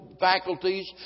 faculties